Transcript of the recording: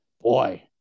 boy